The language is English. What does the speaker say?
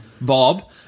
Bob